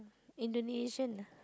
Indonesian ah